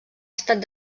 estat